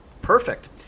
Perfect